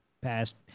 passed